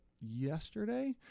yesterday